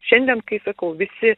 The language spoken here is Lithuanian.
šiandien kai sakau visi